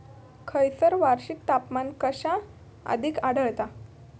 खैयसर वार्षिक तापमान कक्षा अधिक आढळता?